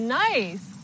nice